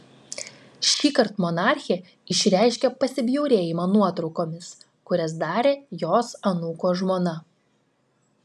šįkart monarchė išreiškė pasibjaurėjimą nuotraukomis kurias darė jos anūko žmona